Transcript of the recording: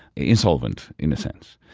insolvent, in a sense.